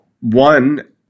one